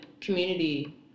community